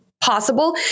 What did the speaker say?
possible